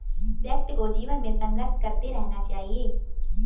व्यक्ति को जीवन में संघर्ष करते रहना चाहिए